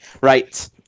right